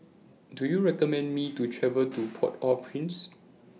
Do YOU recommend Me to travel to Port Au Prince